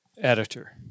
Editor